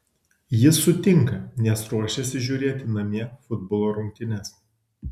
jis sutinka nes ruošiasi žiūrėti namie futbolo rungtynes